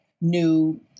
new